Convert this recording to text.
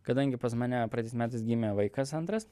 kadangi pas mane praeitais metais gimė vaikas antras